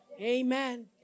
Amen